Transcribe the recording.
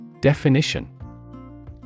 Definition